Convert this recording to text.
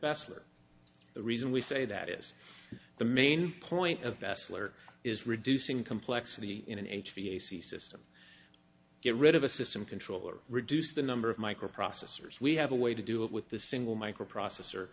bessemer the reason we say that is the main point of besler is reducing complexity in an h p ac system get rid of a system controller reduce the number of microprocessors we have a way to do it with the single microprocessor